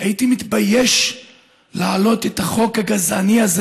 הייתי מתבייש להעלות את החוק הגזעני הזה.